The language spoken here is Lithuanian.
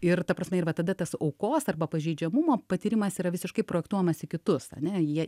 ir ta prasme ir va tada tas aukos arba pažeidžiamumo patyrimas yra visiškai projektuojamas į kitus ane jie